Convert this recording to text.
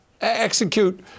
execute